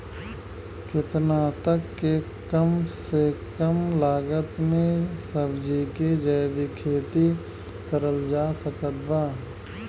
केतना तक के कम से कम लागत मे सब्जी के जैविक खेती करल जा सकत बा?